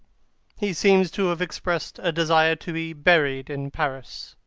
he seems to have expressed a desire to be buried in paris.